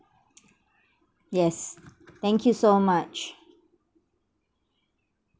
yes thank you so much